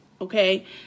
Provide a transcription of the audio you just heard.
okay